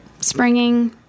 Springing